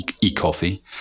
e-coffee